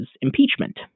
impeachment